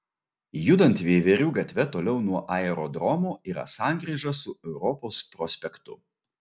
judant veiverių gatve toliau nuo aerodromo yra sankryža su europos prospektu